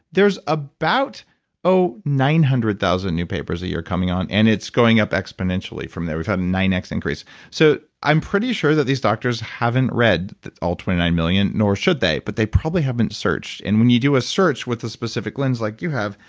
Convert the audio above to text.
there's about nine hundred thousand new papers a year coming on, and it's going up exponentially from there. we've had a nine x increase so, i'm pretty sure that these doctors haven't read all twenty nine million, nor should they. but they probably haven't searched. and when you do a search with a specific lens, like you have,